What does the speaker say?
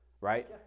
right